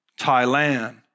Thailand